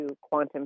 quantum